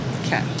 okay